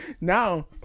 Now